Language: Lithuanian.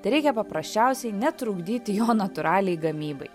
tereikia paprasčiausiai netrukdyti jo natūraliai gamybai